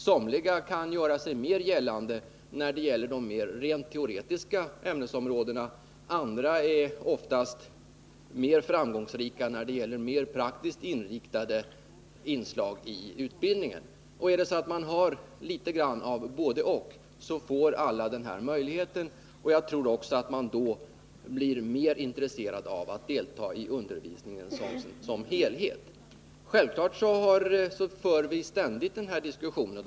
Somliga kan göra sig mer gällande när det gäller de mer teoretiska ämnesområdena, andra är oftast mer framgångsrika när det gäller mer praktiskt inriktade inslag i utbildningen. Är det så att man har litet av vardera får alla elever möjlighet att hävda sig, och jag tror att de då blir mer intresserade av att delta i undervisningen Självfallet för vi ständigt den här diskussionen.